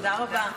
תודה רבה.